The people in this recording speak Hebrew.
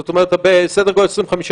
זאת אומרת שזה סדר גודל של 25%,